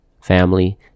family